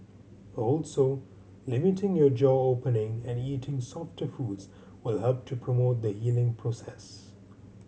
also limiting your jaw opening and eating softer foods will help to promote the healing process